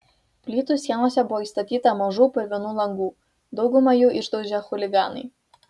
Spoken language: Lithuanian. plytų sienose buvo įstatyta mažų purvinų langų daugumą jų išdaužė chuliganai